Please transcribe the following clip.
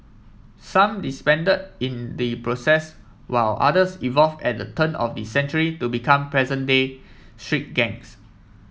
some disbanded in the process while others evolved at the turn of the century to become present day street gangs